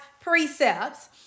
precepts